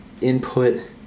input